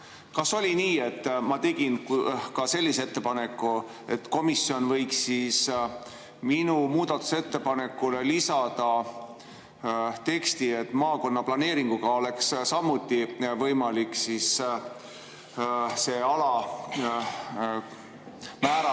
Kas oli nii, et ma tegin ka sellise ettepaneku, et komisjon võiks minu muudatusettepanekule lisada teksti, et maakonnaplaneeringuga oleks samuti võimalik see ala määrata